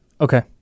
Okay